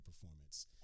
performance